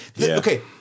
Okay